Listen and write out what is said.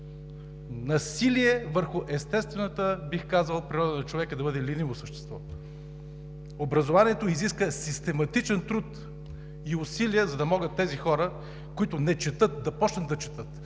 Насилие върху естествената, бих казал, природа на човека да бъде лениво същество. Образованието изисква систематичен труд и усилия, за да могат тези хора, които не четат, да започнат да четат,